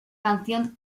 canción